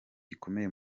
gikomeye